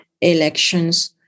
elections